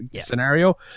scenario